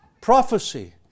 Prophecy